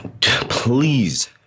Please